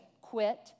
quit